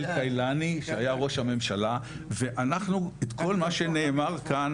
אלקיילני שהיה ראש הממשלה ואנחנו את כל מה שנאמר כאן,